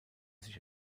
sich